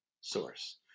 source